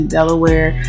Delaware